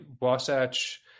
Wasatch